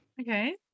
Okay